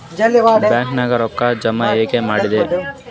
ಬ್ಯಾಂಕ್ದಾಗ ರೊಕ್ಕ ಜಮ ಹೆಂಗ್ ಮಾಡದ್ರಿ?